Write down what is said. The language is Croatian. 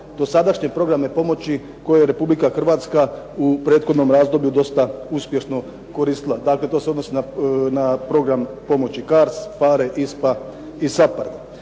dosadašnje programe pomoći koje je Republika Hrvatska u prethodnom razdoblju dosta uspješno koristila. Dakle to se odnosi na program pomoći CARDS, PHARE, ISPA i SAPHARD.